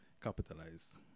capitalize